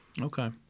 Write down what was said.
Okay